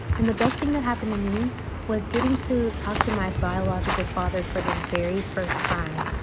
and the best thing that happened to me was getting to talk to my biological father for the very first time.